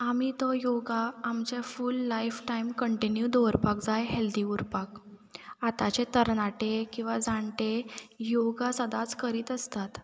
आमी तो योगा आमच्या फूल लायफ टायम कंटिन्यू दवरपाक जाय हॅल्दी उरपाक आतांचे तरनाटे किंवां जाण्टे योगा सदांच करीत आसतात